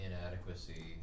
inadequacy